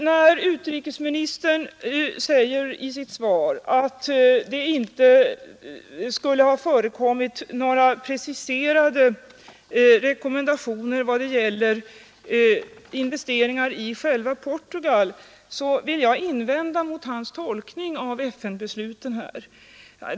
När utrikesministern i sitt svar framhåller att det inte skulle ha förekom mit några preciserade rekommendationer i vad gäller investeringar i själva Portugal, vill jag invända mot hans tolkning av FN-besluten.